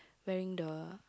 wearing the